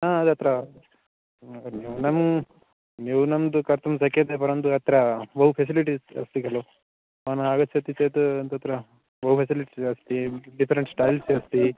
तत्र नं न्यूनं न्यूनं तु कर्तुं शक्यते परन्तु अत्र बहु फ़ेसिलिटीस् अस्ति खलु भवान् आगच्छति चेत् तत्र बहु फ़ेसिलिटि अस्ति डिफ़रेण्ट् स्टैल्स् अस्ति